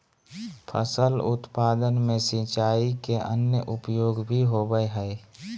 फसल उत्पादन में सिंचाई के अन्य उपयोग भी होबय हइ